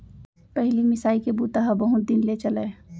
पहिली मिसाई के बूता ह बहुत दिन ले चलय